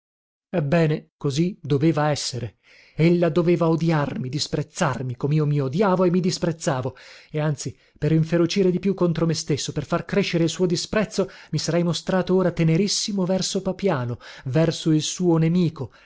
ebbene così doveva essere ella doveva odiarmi disprezzarmi comio mi odiavo e mi disprezzavo e anzi per inferocire di più contro me stesso per far crescere il suo disprezzo mi sarei mostrato ora tenerissimo verso papiano verso il suo nemico